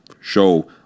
show